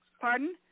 Pardon